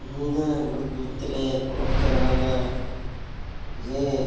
ᱧᱤᱫᱟᱹ ᱧᱩᱛ ᱧᱩᱛ ᱛᱮᱞᱮ ᱚᱰᱳᱠ ᱪᱟᱞᱟᱣ ᱮᱱᱟ ᱡᱮ